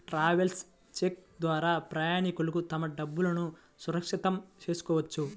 travellers cheque ద్వారా ప్రయాణికులు తమ డబ్బులును సురక్షితం చేసుకోవచ్చు